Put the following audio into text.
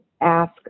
ask